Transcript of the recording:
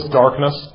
darkness